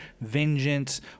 vengeance